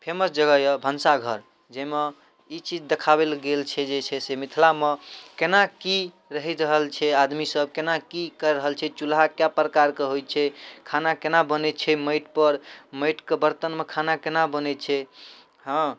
famous जगह अइ भनसाघर जाहिमे ई चीज देखाएल गेल छै जे से मिथिलामे कोना कि रहि रहल छै आदमीसभ कोना कि करि रहल छै चुल्हा कए प्रकारके होइ छै खाना कोना बनै छै माटिपर माटिके बरतनमे खाना कोना बनै छै हाँ